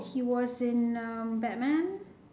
he was in um batman